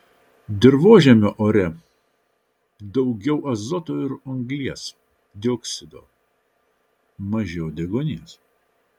dirvožemio ore daugiau azoto ir anglies dioksido mažiau deguonies